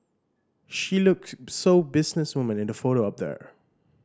she look so business woman in the photo up there